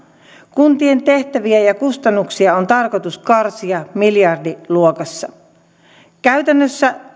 kuntien tehtäviä ja kustannuksia on tarkoitus karsia miljardiluokassa käytännössä